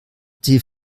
die